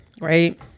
right